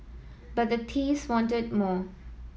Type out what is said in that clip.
but the wanted more